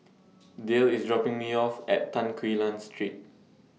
Dayle IS dropping Me off At Tan Quee Lan Street